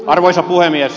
arvoisa puhemies